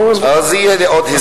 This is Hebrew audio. אז תהיה לי עוד הזדמנות.